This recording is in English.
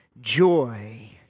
joy